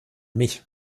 mich